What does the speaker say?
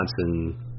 Johnson